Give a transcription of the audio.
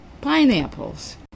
pineapples